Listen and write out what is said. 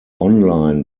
online